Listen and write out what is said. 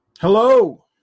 Hello